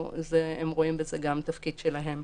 והם רואים בזה גם תפקיד שלהם.